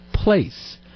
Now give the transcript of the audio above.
place